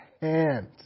hands